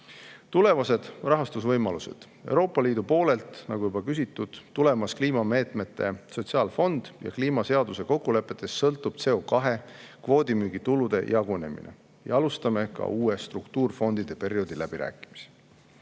Tulevased rahastusvõimalused. Euroopa Liidu poolelt, nagu juba küsitud, on tulemas kliimameetmete sotsiaalfond ja kliimaseaduse kokkulepetest sõltub CO2kvoodi müügi tulude jagunemine. Alustame ka uue struktuurifondide perioodi läbirääkimisi.